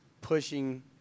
pushing